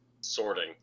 sorting